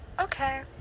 Okay